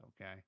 okay